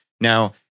Now